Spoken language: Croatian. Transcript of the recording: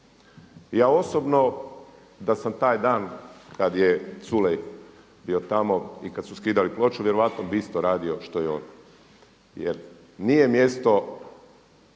Ja osobno da sam taj dan kada je Culej bio tamo i kada su skidali ploču vjerojatno bi isto radio što i on jer nije mjesto